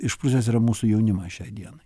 išprusęs yra mūsų jaunimas šiai dienai